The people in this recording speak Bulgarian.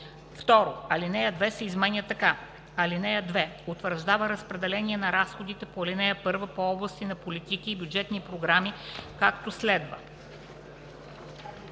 2. Алинея 2 се изменя така: „(2) Утвърждава разпределение на разходите по ал. 1 по области на политики и бюджетни програми, както следва: